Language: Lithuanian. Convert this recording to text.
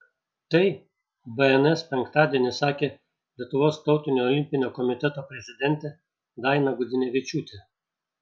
tai bns penktadienį sakė lietuvos tautinio olimpinio komiteto prezidentė daina gudzinevičiūtė